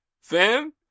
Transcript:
Fam